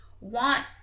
want